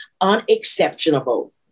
unexceptionable